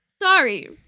Sorry